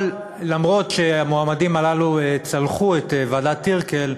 אבל למרות העובדה שהמועמדים הללו צלחו את ועדת טירקל,